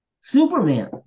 Superman